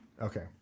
okay